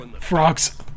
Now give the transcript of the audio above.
frogs